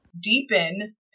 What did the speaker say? deepen